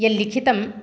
यल्लिखितं